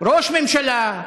ראש ממשלה,